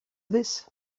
this